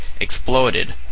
exploded